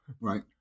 Right